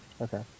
Okay